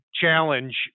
challenge